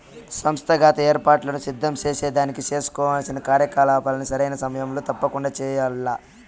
సంస్థాగత ఏర్పాట్లను సిద్ధం సేసేదానికి సేసుకోవాల్సిన కార్యకలాపాల్ని సరైన సమయంలో తప్పకండా చెయ్యాల్ల